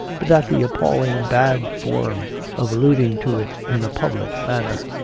but at the appalling bad form of alluding to it in a public manner.